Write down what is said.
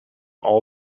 all